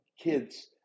kids